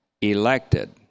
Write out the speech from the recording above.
elected